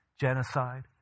genocide